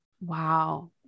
Wow